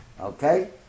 Okay